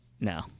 No